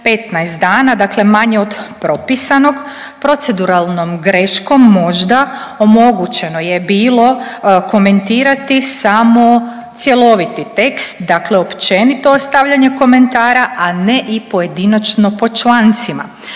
15 dana, dakle manje od propisanog. Proceduralnom greškom možda omogućeno je bilo komentirati samo cjeloviti tekst, dakle općenito ostavljanje komentara a ne i pojedinačno po člancima.